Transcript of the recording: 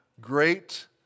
Great